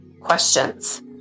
questions